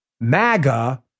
MAGA